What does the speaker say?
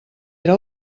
era